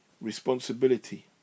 responsibility